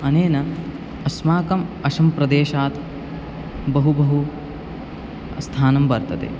अनेन अस्माकम् अस्सां प्रदेशात् बहु बहु स्थानं वर्तते